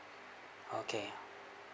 okay